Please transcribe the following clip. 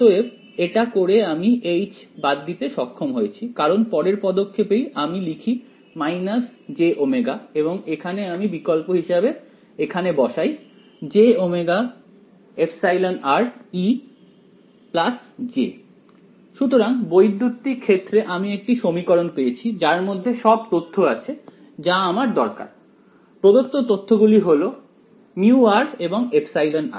অতএব এটা করে আমি বাদ দিতে সক্ষম হয়েছি কারণ পরের পদক্ষেপেই আমি লিখি এবং এখানে আমি বিকল্প হিসাবে এখানে বসাই εr সুতরাং বৈদ্যুতিক ক্ষেত্রে আমি একটি সমীকরণ পেয়েছি যার মধ্যে সব তথ্য আছে যা আমার দরকার প্রদত্ত তথ্যগুলো হলো μr এবং εr